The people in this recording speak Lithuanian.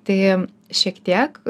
tai šiek tiek